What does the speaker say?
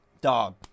dog